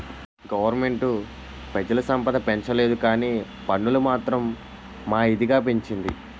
government పెజల సంపద పెంచలేదుకానీ పన్నులు మాత్రం మా ఇదిగా పెంచింది